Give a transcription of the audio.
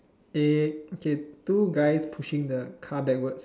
eh okay two guys pushing the car backwards